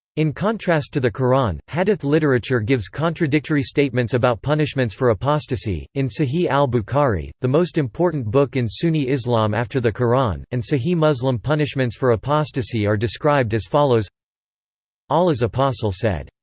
in contrast to the qur'an, hadith literature gives contradictory statements about punishments for apostasy in sahih al-bukhari, the most important book in sunni islam after the quran, and sahih muslim punishments for apostasy are described as follows allah's apostle said,